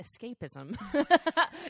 escapism